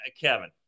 Kevin